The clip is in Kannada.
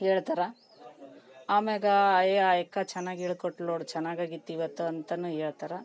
ಹೇಳ್ತಾರೆ ಆಮೇಲೆ ಅಯ್ ಆಯಕ್ಕ ಚೆನ್ನಾಗ್ ಹೇಳ್ಕೊಟ್ಳು ನೋಡು ಚೆನ್ನಾಗಾಗಿದೆ ಇವತ್ತು ಅಂತ ಹೇಳ್ತಾರ